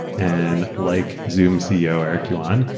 and like zoomaeurs ceo, eric yuan,